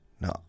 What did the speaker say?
No